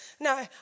no